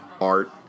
art